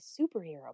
superhero